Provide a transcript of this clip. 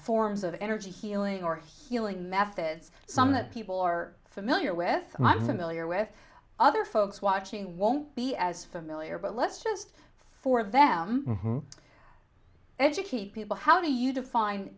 forms of energy healing or huling methods some that people are familiar with i'm familiar with other folks watching won't be as familiar but let's just for them educate people how do you define